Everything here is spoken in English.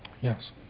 Yes